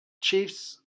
Chiefs